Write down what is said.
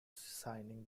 signing